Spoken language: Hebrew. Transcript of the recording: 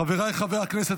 חבריי חברי הכנסת,